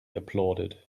applauded